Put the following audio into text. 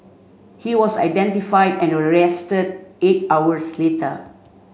he was identify and arrested eight hours later